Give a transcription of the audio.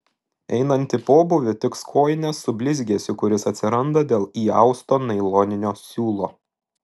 einant į pobūvį tiks kojinės su blizgesiu kuris atsiranda dėl įausto nailoninio siūlo